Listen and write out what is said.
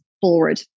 forward